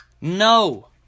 No